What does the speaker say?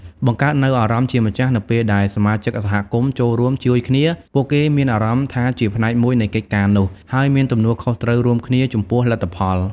បង្កើតនូវអារម្មណ៍ជាម្ចាស់ នៅពេលដែលសមាជិកសហគមន៍ចូលរួមជួយគ្នា ពួកគេមានអារម្មណ៍ថាជាផ្នែកមួយនៃកិច្ចការនោះ ហើយមានទំនួលខុសត្រូវរួមគ្នាចំពោះលទ្ធផល។